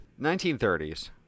1930s